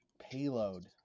payload